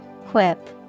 quip